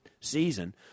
season